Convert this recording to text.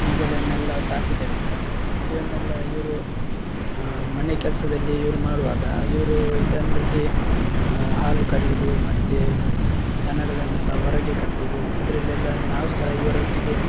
ಇವುಗಳನ್ನೆಲ್ಲ ಸಾಕುವುದರಿಂದ ಇದನ್ನೆಲ್ಲ ಇವರು ಮನೆ ಕೆಲಸದಲ್ಲಿ ಇವರು ಮಾಡುವಾಗ ಇವರೂ ಇದಂದರಲ್ಲಿ ಹಾಲು ಕರಿಯುವುದು ಮತ್ತೆ ದನಗಳನ್ನೆಲ್ಲ ಹೊರಗೆ ಕಟ್ಟುವುದು ಇದರಲ್ಲೆಲ್ಲ ನಾವು ಸಹಾ ಇವರೊಟ್ಟಿಗೆ